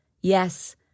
Yes